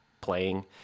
playing